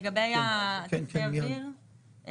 לגבי צוותי אוויר,